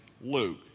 Luke